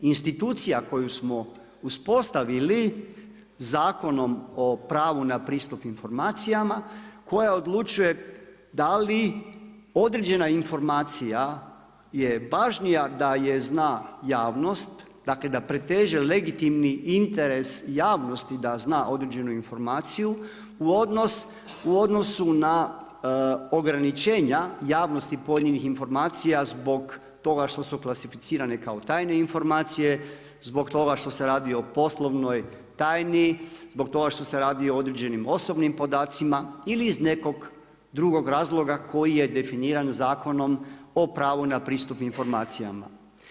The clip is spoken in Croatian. Institucija koju smo uspostavili Zakonom o pravu na pristup informacijama koja odlučuje da li određena informacija je važnija da je zna javnost, dakle da preteži legitimni interes javnosti da zna određenu informaciju u odnosu na ograničenja javnosti pojedinim informacija zbog toga što su klasificirane kao tajne informacije, zbog toga što se radi o poslovnoj tajni, zbog toga što se radi o određenim osobnim podacima ili iz nekog drugog razloga koji je definiran Zakonom o pravu na pristup informacijama.